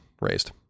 raised